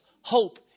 Hope